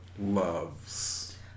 loves